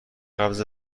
قبض